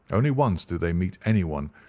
only once did they meet anyone,